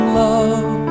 love